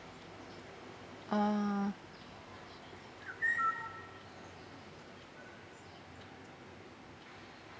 uh